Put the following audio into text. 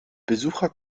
besucher